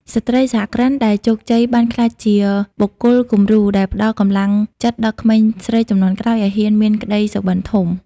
ស្ត្រីសហគ្រិនដែលជោគជ័យបានក្លាយជាបុគ្គលគំរូ ដែលផ្ដល់កម្លាំងចិត្តដល់ក្មេងស្រីជំនាន់ក្រោយឱ្យហ៊ានមានក្ដីសុបិនធំ។